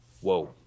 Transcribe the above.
Whoa